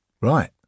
Right